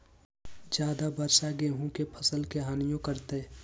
ज्यादा वर्षा गेंहू के फसल के हानियों करतै?